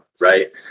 right